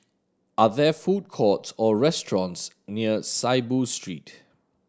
are there food courts or restaurants near Saiboo Street